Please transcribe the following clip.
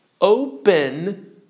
open